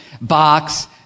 box